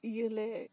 ᱤᱭᱟ ᱞᱮ